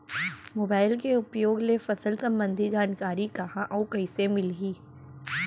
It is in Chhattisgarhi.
मोबाइल के उपयोग ले फसल सम्बन्धी जानकारी कहाँ अऊ कइसे मिलही?